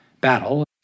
battle